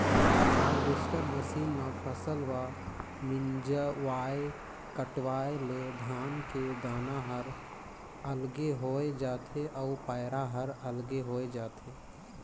harvester machine म फसल ल मिंजवाय कटवाय ले धान के दाना हर अलगे होय जाथे अउ पैरा हर अलगे होय जाथे